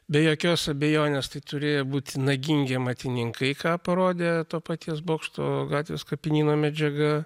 be jokios abejonės tai turėjo būti nagingi amatininkai ką parodė to paties bokšto gatvės kapinyno medžiaga